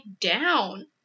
down